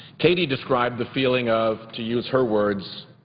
katie described the feeling of, to use her words,